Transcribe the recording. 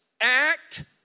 Act